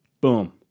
Boom